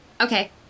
Okay